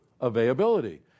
availability